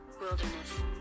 Wilderness